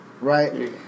Right